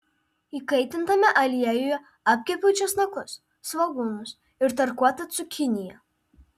įkaitintame aliejuje apkepiau česnakus svogūnus ir tarkuotą cukiniją